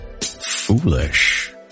Foolish